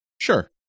Sure